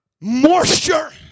moisture